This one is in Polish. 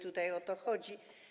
Tutaj o to chodzi.